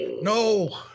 No